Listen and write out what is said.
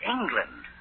England